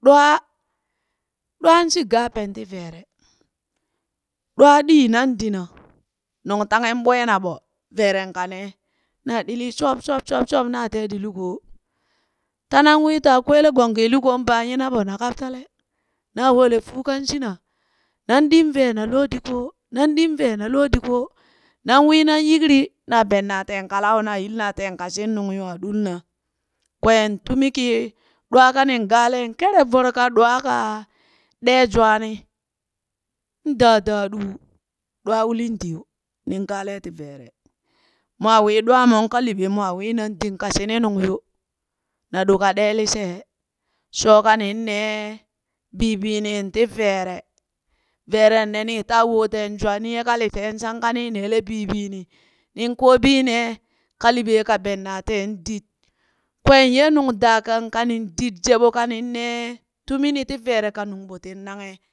Ɗwaa, Ɗwaan shi gaapen ti veere ɗwaa ɗii nan dina, nungtahen ɓweena ɓo veeren kanee naa ɗilii shop shop shop shop naa tee di lukoo tanan wii taa kweelegong kii lukoo baan nyinaɓo na kaptale, naa wolee fuu kan shina nan ɗin vee na loo di lukoo, nan ɗin vee na loo di ko nan wii nan yikrii, na benna teen kalua na yilina teen ka shininung nywaa ɗulna, kween tumi kii ɗwaa kanin gaalee kere voro ka ɗwaa ka ɗee jwaani daa daaɗuu ɗwaa ulin di yo nin gaalee ti veere, mwaa wii ɗwamon ka liɓee mwaa winan di ka shini nung yo, na ɗo ka ɗee lishee, shoka nin nee bi- biinin ti veere, veeren ne nii taa woteen jwaa niye ka lishee shanka nii neelee bi- biini nin koobii nee, ka liɓee ka bennaa teen did. Kween ye nungdaagang ka nin dit jeɓo kanin nee tumi ni ti vere ka nungbo tin naghe kep ganghi.